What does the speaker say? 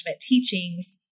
teachings